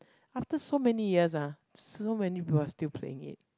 after so many years ah so many people still playing it